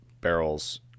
barrels